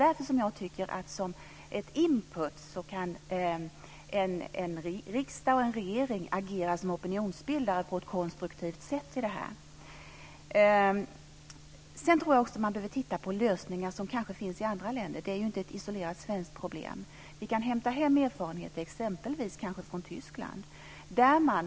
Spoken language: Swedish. Därför tycker jag att som ett input kan en riksdag och en regering agera som opinionsbildare på ett konstruktivt sätt. Man behöver titta på lösningar som finns i andra länder. Det är ju inte ett isolerat svenskt problem. Vi kan exempelvis hämta erfarenhet från Tyskland.